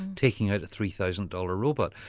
taking out a three thousand dollars robot.